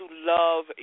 love